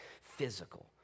physical